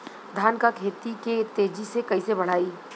धान क खेती के तेजी से कइसे बढ़ाई?